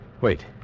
Wait